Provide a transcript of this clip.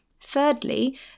Thirdly